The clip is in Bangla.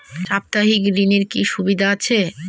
সাপ্তাহিক ঋণের কি সুবিধা আছে?